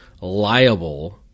liable